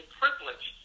privilege